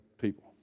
people